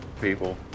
people